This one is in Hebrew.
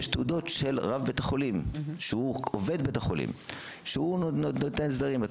יש תעודות של רב בית החולים שהוא עובד בית החולים והוא נותן הסדרים.